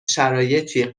شرایطی